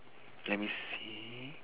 let me see